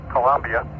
Columbia